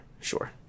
sure